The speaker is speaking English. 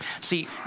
See